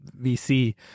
VC